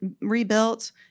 rebuilt